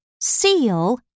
Seal